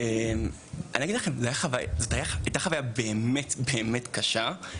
זו הייתה חוויה קשה,